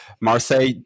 Marseille